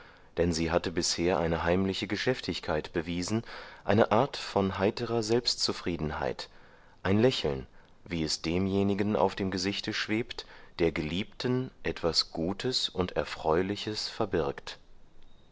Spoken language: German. denn sie hatte bisher eine heimliche geschäftigkeit bewiesen eine art von heiterer selbstzufriedenheit ein lächeln wie es demjenigen auf dem gesichte schwebt der geliebten etwas gutes und erfreuliches verbirgt